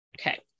Okay